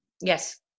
Yes